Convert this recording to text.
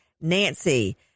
nancy